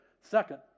second